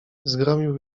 zgromił